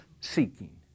seeking